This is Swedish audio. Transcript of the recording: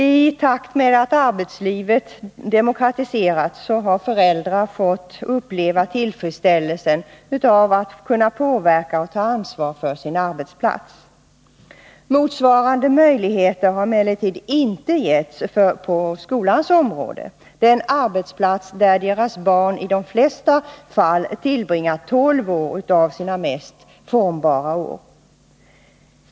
I takt med att arbetslivet demokratiserats har föräldrar fått uppleva fandei skolan tillfredsställelsen av att kunna påverka och ta ansvar för sin arbetsplats. Motsvarande möjligheter har emellertid inte givits på skolans område, trots att skolan är den arbetsplats där deras barn i de flesta fall tillbringar tolv av sina mest formbara år.